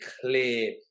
clear